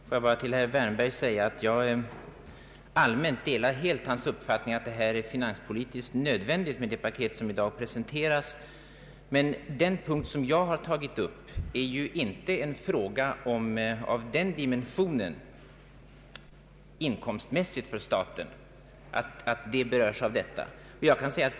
Herr talman! Får jag bara till herr Wärnberg säga att jag delar hans upp fattning att det är finanspolitiskt nödvändigt med de åtgärder som i dag skall beslutas. Men den fråga som jag har tagit upp är inte av sådana dimensiner att den inkomstmässigt har någon betydelse för staten.